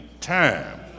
time